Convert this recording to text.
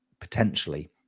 potentially